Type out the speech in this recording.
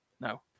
No